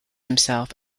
himself